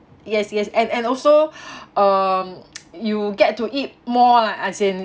yes yes and and also um you get to eat more lah as in